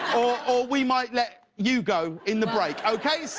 or we might let you go in the break okay? so